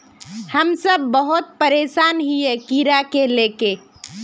हम सब बहुत परेशान हिये कीड़ा के ले के?